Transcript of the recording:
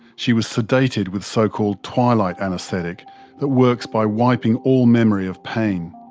she was sedated with so-called twilight anaesthetic that works by wiping all memory of pain.